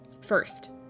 First